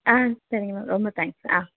ஆ சரிங்க மேம் ரொம்ப தேங்க்ஸ் ஆ